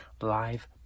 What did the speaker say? live